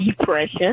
depression